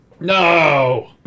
No